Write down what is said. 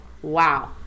Wow